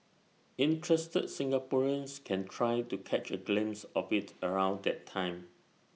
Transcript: interested Singaporeans can try to catch A glimpse of IT around that time